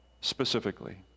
specifically